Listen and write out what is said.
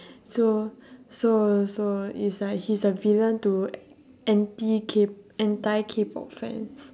so so so it's like he's a villain to anti K entire K-pop fans